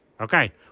Okay